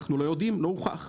לא הוכח.